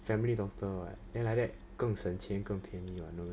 family doctor [what] then like that 更省钱更便宜 [what] no meh